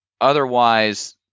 otherwise